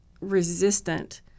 resistant